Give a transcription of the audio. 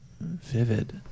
vivid